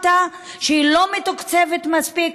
והיא לא מתוקצבת מספיק,